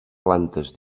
parts